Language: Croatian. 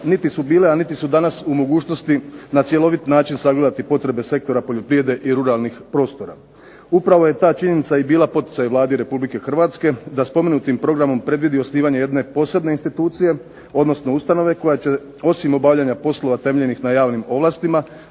niti su bile, a niti su danas u mogućnosti na cjelovit način sagledati potrebe sektora poljoprivrede i ruralnih prostora. Upravo je ta činjenica i bila poticaj Vladi Republike Hrvatske da spomenutim programom predvidi osnivanje jedne posebne institucije, odnosno ustanove koja će osim obavljanja poslova temeljenih na javnim ovlastima,